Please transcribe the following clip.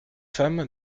femme